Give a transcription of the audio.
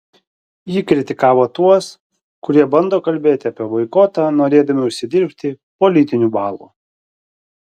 ji kritikavo tuos kurie bando kalbėti apie boikotą norėdami užsidirbti politinių balų